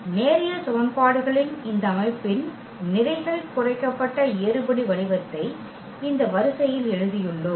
நேரியல் சமன்பாடுகளின் இந்த அமைப்பின் நிரைகள் குறைக்கப்பட்ட ஏறுபடி வடிவத்தை இந்த வரிசையில் எழுதியுள்ளோம்